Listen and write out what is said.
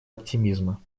оптимизма